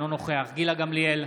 אינו נוכח גילה גמליאל,